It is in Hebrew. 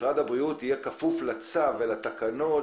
משרד הבריאות יהיה כפוף לצו ולתקנות